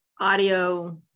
audio